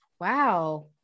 wow